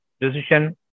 decision